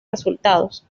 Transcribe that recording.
resultados